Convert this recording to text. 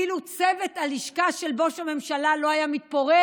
אילו צוות הלשכה של בוש הממשלה לא היה מתפורר